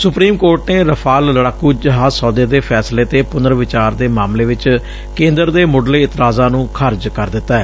supreme court ਨੇ Rafale ਲੜਾਕੂ ਜਹਾਜ਼ ਸੌਦੇ ਦੇ ਫੈਸਲੇ ਤੇ ਪੁਨਰ ਵਿਚਾਰ ਦੇ ਮਾਮਲੇ ਚ ਕੇਂਦਰ ਦੇ ਮੁਢਲੇ ਇਤਰਾਜਾਂ ਨੂੰ ਖਾਰਿਜ ਕਰ ਦਿੱਤੈ